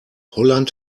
holland